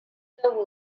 latter